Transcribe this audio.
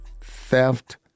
theft